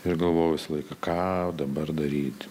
ir galvojau visą laiką ką dabar daryti